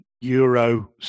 Euro